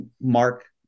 Mark